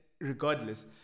regardless